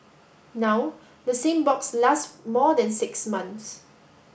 now the same box lasts more than six months